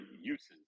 uses